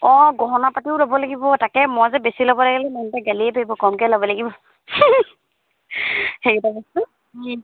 অঁ গহনা পাতিও ল'ব লাগিব তাকে মই যে বেছি ল'ব লাগিলে মোক যে গালিয়েই পাৰিব কমকৈ ল'ব লাগিব সেইকেইটা বস্তু